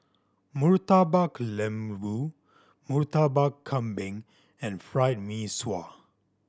Murtabak Lembu Murtabak Kambing and Fried Mee Sua